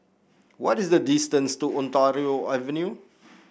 what is the distance to Ontario Avenue